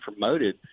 promoted